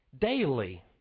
daily